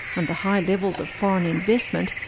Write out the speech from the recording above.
and the high levels of foreign investment,